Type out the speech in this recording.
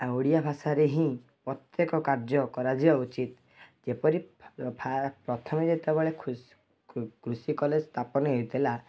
ଆଉ ଓଡ଼ିଆ ଭାଷାରେ ହିଁ ପ୍ରତ୍ୟେକ କାର୍ଯ୍ୟ କରାଯିବା ଉଚିତ୍ ଯେପରି ଫା ପ୍ରଥମେ ଯେତେବେଳେ ଖୁଶ୍ କୃଷି କଲେଜ ସ୍ଥାପନ ହୋଇଥିଲା